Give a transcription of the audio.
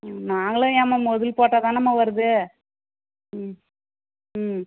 ம் நாங்களும் ஏன்மா மொதல் போட்டால் தானேம்மா வருது ம் ம்